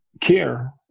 care